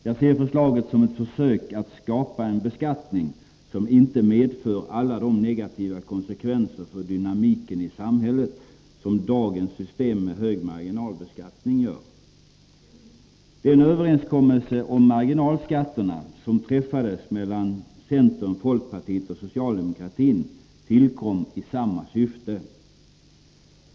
Jag ser förslaget som ett försök att skapa en beskattning som inte medför alla de negativa konsekvenser för dynamiken i samhället som dagens system med hög marginalbeskattning gör. Den överenskommelse om marginalskatterna som träffades mellan centern, folkpartiet och socialdemokratin tillkom i samma syfte.